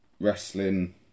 wrestling